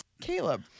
Caleb